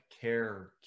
care